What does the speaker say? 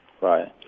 Right